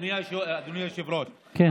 אדוני היושב-ראש, כן.